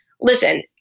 listen